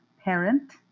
parent